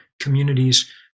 communities